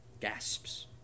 gasps